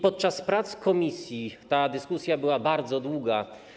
Podczas prac komisji ta dyskusja była bardzo długa.